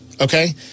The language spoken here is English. Okay